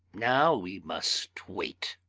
now we must wait.